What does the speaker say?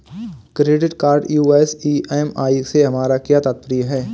Credit card US EMI से हमारा क्या तात्पर्य है?